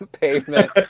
pavement